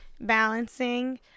balancing